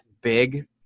big –